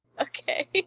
Okay